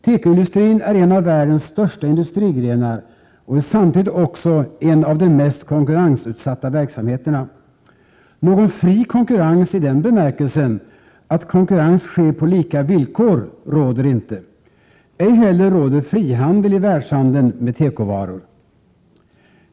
Tekoindustrin är en av världens största industrigrenar och är samtidigt också en av de mest konkurrensutsatta verksamheterna. Någon fri konkurrens i den bemärkelsen att konkurrens sker på lika villkor råder inte. Ej heller råder frihandel i världshandeln med tekovaror.